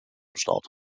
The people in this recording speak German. start